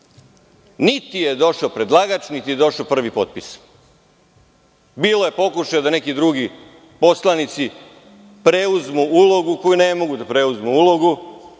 Niti je došao predlagač, niti je došao prvi potpis. Bilo je pokušaja da neki drugi poslanici preuzmu ulogu koju ne mogu da preuzmu i